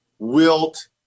Wilt